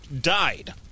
died